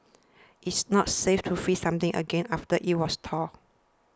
it's not safe to freeze something again after it was thawed